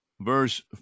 verse